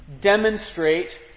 demonstrate